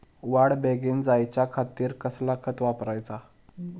वाढ बेगीन जायच्या खातीर कसला खत वापराचा?